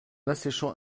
asséchant